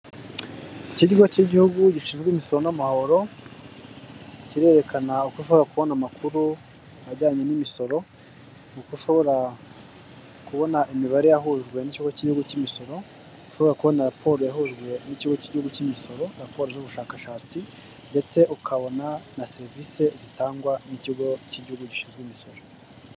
Ikigo cy'Igihugu Gishinzwe Imisoro n'Amahoro, kirerekana uko ushobora kubona amakuru ajyanye n'imisoro, uko ushobora kubona imibare yahujwe n'ikigo cy'igihugu cy'imisoro, ushobora kubona raporo yahujwe n'ikigo cy'igihugu cy'imisoro, raporo z'ubushakashatsi ndetse ukabona na serivisi zitangwa n'ikigo cy'igihugu gishinzwe imisoro.